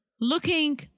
Looking